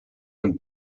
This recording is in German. und